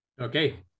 Okay